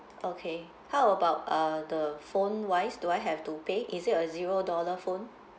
okay how about uh the phone wise do I have to pay is it a zero dollar phone